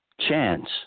chance